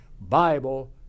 Bible